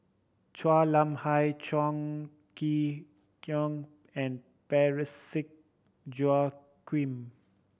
Chua Nam Hai Chong Kee Hiong and Parsick Joaquim